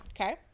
Okay